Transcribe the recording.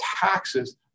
taxes